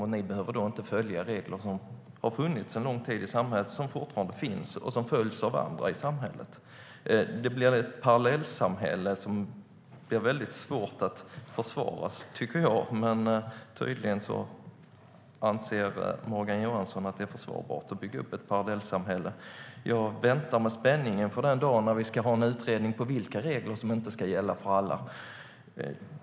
Därför behöver ni inte följa regler som har funnits länge och fortfarande finns och som andra i samhället följer. Det blir ett parallellsamhälle som är svårt att försvara, men tydligen anser Morgan Johansson att det är försvarbart att bygga upp ett parallellsamhälle. Jag väntar med spänning på den dag då vi får en utredning om vilka regler som inte ska gälla för alla.